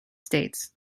states